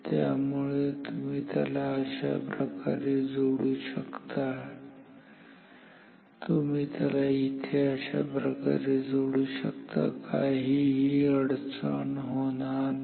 त्यामुळे तुम्ही त्याला अशाप्रकारे जोडू शकता तुम्ही त्याला इथे अशाप्रकारे सुद्धा जोडू शकता काही अडचण होणार नाही